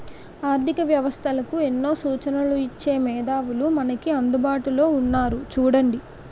ఆర్థిక వ్యవస్థలకు ఎన్నో సూచనలు ఇచ్చే మేధావులు మనకు అందుబాటులో ఉన్నారు చూడండి